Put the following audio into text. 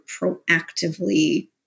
proactively